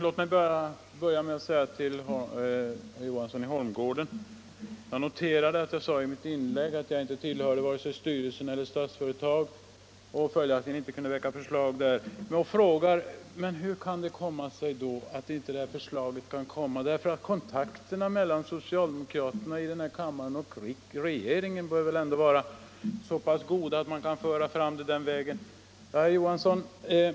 Herr talman! Herr Johansson i Holmgården noterade att jag i mitt inlägg sade att jag inte tillhörde vare sig styrelsen för NJA eller Statsföretag och följaktligen inte kunde väcka förslag där. Han frågar varför då inte det här förslaget ändå kan komma — kontakterna mellan socialdemokraterna i denna kammare och regeringen bör väl, säger herr Johansson, vara så pass goda att man kan föra fram det den vägen. Herr Johansson!